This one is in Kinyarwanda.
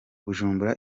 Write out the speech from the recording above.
bujumbura